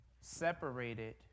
separated